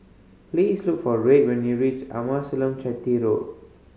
please look for Red when you reach Amasalam Chetty Road